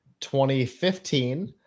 2015